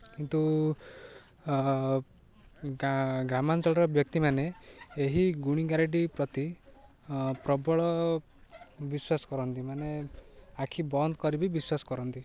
କିନ୍ତୁ ଗ୍ରାମାଞ୍ଚଳର ବ୍ୟକ୍ତିମାନେ ଏହି ଗୁଣିଗାରେଡ଼ି ପ୍ରତି ପ୍ରବଳ ବିଶ୍ୱାସ କରନ୍ତି ମାନେ ଆଖି ବନ୍ଦ କରିବି ବିଶ୍ୱାସ କରନ୍ତି